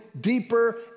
deeper